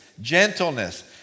gentleness